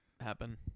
happen